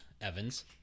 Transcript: Evans